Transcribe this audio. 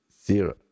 zero